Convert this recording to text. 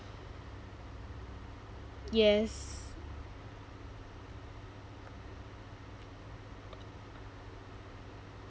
yes